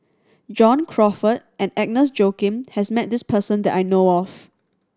John Crawfurd and Agnes Joaquim has met this person that I know of